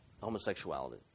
homosexuality